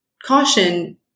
caution